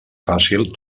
fàcil